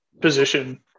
position